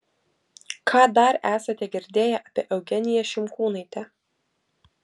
ką dar esate girdėję apie eugeniją šimkūnaitę